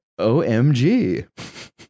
OMG